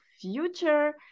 future